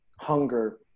hunger